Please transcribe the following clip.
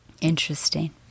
interesting